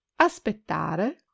aspettare